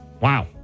Wow